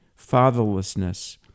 Fatherlessness